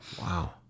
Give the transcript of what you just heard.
Wow